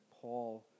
Paul